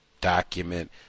document